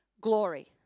glory